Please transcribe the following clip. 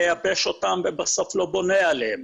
מייבש אותם ובסוף לא בונה עליהם,